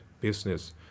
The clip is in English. business